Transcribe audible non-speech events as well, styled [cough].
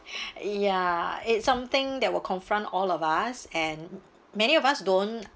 [breath] ya it's something that will confront all of us and many of us don't